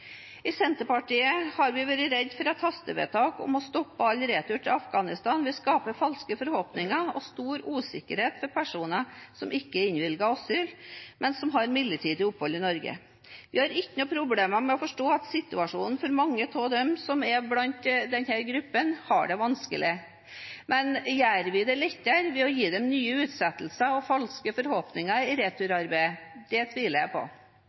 i returarbeidet. I Senterpartiet har vi vært redd for at hastevedtak om å stoppe all retur til Afghanistan vil skape falske forhåpninger og stor usikkerhet for personer som ikke er innvilget asyl, men som har midlertidig opphold i Norge. Vi har ingen problemer med å forstå at situasjonen for mange av dem som er i denne gruppen, er vanskelig, men gjør vi det lettere ved å gi nye utsettelser og falske forhåpninger i returarbeidet? Det tviler jeg på.